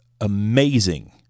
amazing